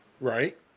Right